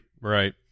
Right